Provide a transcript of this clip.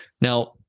Now